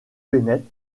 bennett